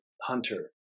Hunter